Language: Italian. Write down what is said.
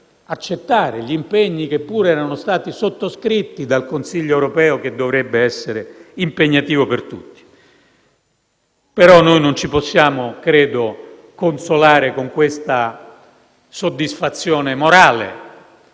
accettare gli impegni, che pure erano stati sottoscritti dal Consiglio europeo, che dovrebbe essere impegnativo per tutti. Credo però che non ci possiamo consolare con questa soddisfazione morale,